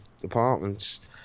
departments